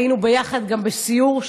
והיינו יחד גם בסיור,